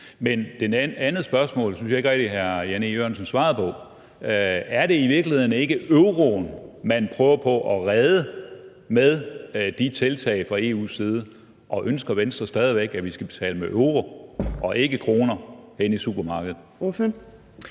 Men det andet spørgsmål synes jeg ikke rigtig hr. Jan E Jørgensen svarede på. Er det i virkeligheden ikke euroen, man prøver på at redde med de tiltag fra EU's side, og ønsker Venstre stadig væk, at vi skal betale med euro og ikke med kroner henne i supermarkedet?